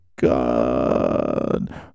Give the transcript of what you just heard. god